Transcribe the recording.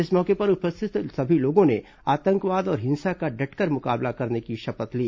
इस मौके पर उपस्थित सभी लोगों ने आतंकवाद और हिंसा का डटकर मुकाबला करने की शपथ ली